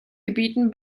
gebieten